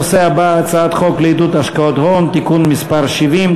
הנושא הבא: הצעת חוק לעידוד השקעות הון (תיקון מס' 70),